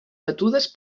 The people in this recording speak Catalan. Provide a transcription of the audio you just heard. batudes